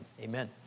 amen